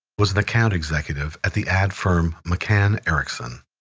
was an account executive at the ad firm, mccann erickson.